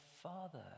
father